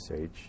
age